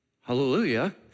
hallelujah